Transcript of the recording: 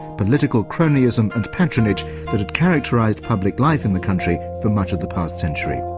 political cronyism and patronage that had characterised public life in the country for much of the past century.